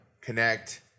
connect